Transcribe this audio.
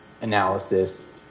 analysis